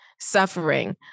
suffering